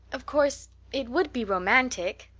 of course it would be romantic,